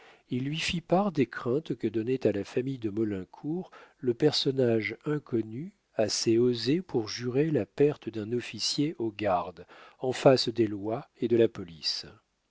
il lui fit part des craintes que donnait à la famille de maulincour le personnage inconnu assez osé pour jurer la perte d'un officier aux gardes en face des lois et de la police